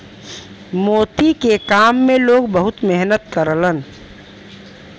मोती के काम में लोग बहुत मेहनत करलन